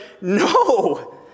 no